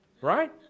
Right